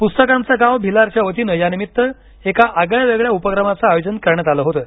पुस्तकांचं गाव भिलारच्या वतीनं या निमित्त एका आगळ्या वेगळ्या उपक्रमाचं आयोजन करण्यात आल होतं